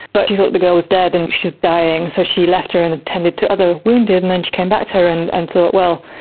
but she thought the girl was dead and dying, so she left her and attended to other wounded, and then she came back to her and and thought, well,